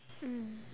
mm